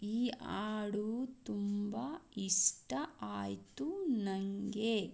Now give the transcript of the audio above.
ಈ ಹಾಡು ತುಂಬ ಇಷ್ಟ ಆಯಿತು ನನಗೆ